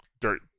Dirt